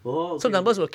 orh okay okay